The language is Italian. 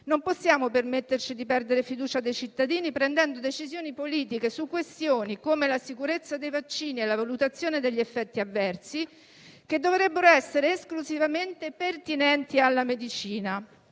Non possiamo permetterci di perdere la fiducia dei cittadini prendendo decisioni politiche su questioni come la sicurezza dei vaccini e la valutazione degli effetti avversi, che dovrebbero essere esclusivamente pertinenti alla medicina.